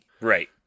Right